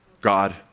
God